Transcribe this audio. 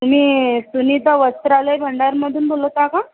तुम्ही सुनिता वस्त्रालय भंडारमधून बोलत आहात का